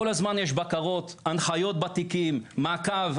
כל הזמן יש בקרות, הנחיות בתיקים, מעקב.